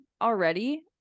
already